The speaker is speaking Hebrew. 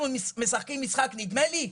אנחנו משחקים משחק נדמה לי?